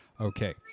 Okay